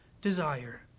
desire